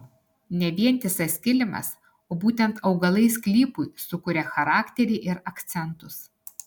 ne vientisas kilimas o būtent augalai sklypui sukuria charakterį ir akcentus